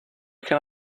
can